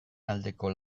aldeko